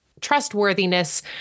trustworthiness